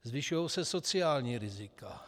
Zvyšují se sociální rizika.